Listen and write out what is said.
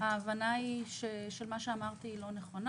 ההבנה היא לא נכונה.